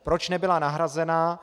Proč nebyla nahrazena?